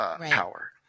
power